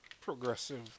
progressive